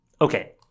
Okay